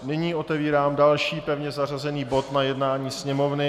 Nyní otevírám další pevně zařazený bod na jednání Sněmovny.